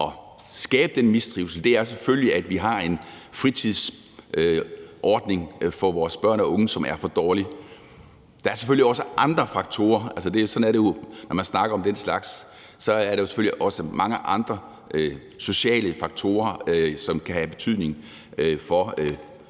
at skabe den mistrivsel, er selvfølgelig, at vi har en fritidsordning for vores børn og unge, som er for dårlig. Der er selvfølgelig også andre faktorer – sådan er det jo, når man snakker om den slags – sociale faktorer, som kan have betydning for,